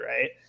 right